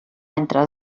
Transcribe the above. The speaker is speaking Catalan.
entre